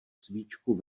svíčku